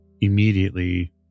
immediately